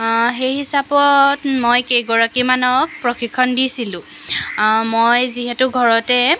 সেই হিচাপত মই কেইগৰাকীমানক প্ৰশিক্ষণ দিছিলোঁ মই যিহেতু ঘৰতে